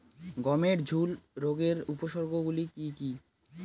গমের ঝুল রোগের উপসর্গগুলি কী কী?